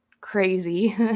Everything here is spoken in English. crazy